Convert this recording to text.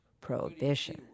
Prohibition